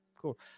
cool